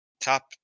top